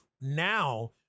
now